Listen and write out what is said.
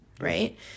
right